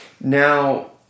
Now